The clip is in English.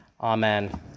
Amen